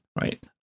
right